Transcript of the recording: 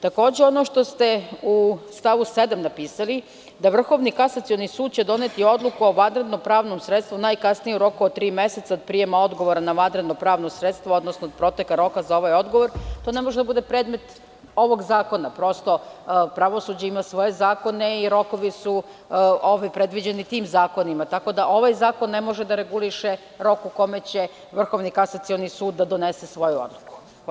Takođe, ono što ste u stavu 7. napisali – da Vrhovni kasacioni sud će doneti odluku o vanredno-pravnom sredstvu najkasnije u roku od tri meseca od prijema odgovora na vanredno-pravnom sredstvu, odnosno od proteka roka za ovaj odgovor, to ne može da bude predmet ovog zakona, pravosuđe ima svoje zakone i rokovi su predviđeni tim zakonima, tako da ovaj zakon ne može da reguliše rok u kome će Vrhovni kasacioni sud da donese svoju odluku.